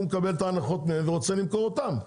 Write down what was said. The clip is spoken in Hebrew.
מקבל את ההנחות מהגדולים ורוצה למכור אותם.